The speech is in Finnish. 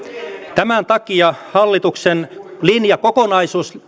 tämän takia hallituksen linjakokonaisuus